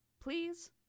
Please